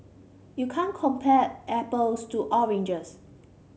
you can't compare apples to oranges